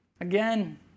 again